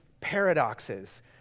paradoxes